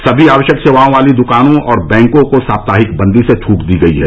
समी आवश्यक सेवाओं वाली दुकानों और बैंकों को साप्ताहिक बन्दी से छूट दी गई है